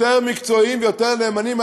יותר מקצועיים ויותר נאמנים,